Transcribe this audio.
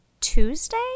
Tuesday